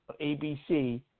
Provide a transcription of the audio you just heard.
ABC